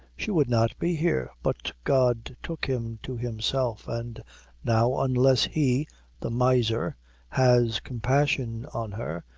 she would not be here but god took him to himself, and now unless he the miser has compassion on her,